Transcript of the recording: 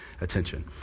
attention